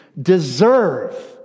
deserve